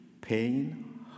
pain